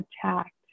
attacked